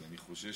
אני חושש